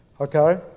Okay